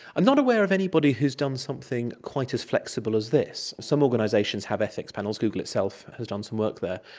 i'm not aware of anybody who has done something quite as flexible as this. some organisations have ethics panels, google itself has done some work there,